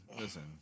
listen